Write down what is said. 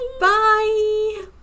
Bye